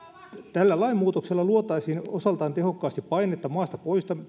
tällä lainmuutoksella luotaisiin osaltaan tehokkaasti painetta maasta